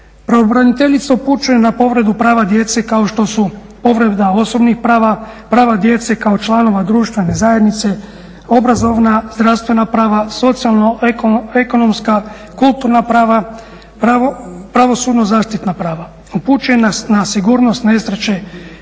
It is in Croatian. Pravobraniteljica upućuje na povredu prava djece kao što su povreda osobnih prava, prava djeca kao članova društvene zajednice, obrazovna, zdravstvena prava, socijalno-ekonomska, kulturna prava, pravosudno-zaštitna prava. Upućuje na sigurnost nesreće